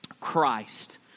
Christ